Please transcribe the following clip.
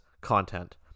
content